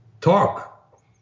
talk